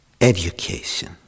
Education